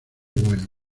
bueno